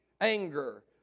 anger